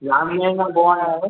चारि ॾींहंनि खां पोइ आया आहियो